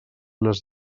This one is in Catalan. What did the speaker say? les